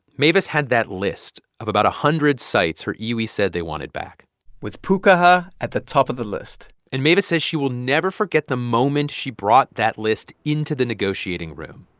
mavis had that list of about a hundred sites her iwi said they wanted back with pukaha at the top of the list and mavis says she will never forget the moment she brought that list into the negotiating room.